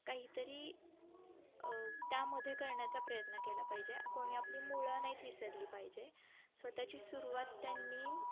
काहीतरी त्यामध्ये करण्याचा प्रयत्न केला पाहिजे कोणी आपली मुळं नाहीत विसरली पाहिजे स्वतःची सुरुवात त्यांनी